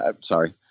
sorry